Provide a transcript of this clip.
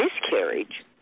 miscarriage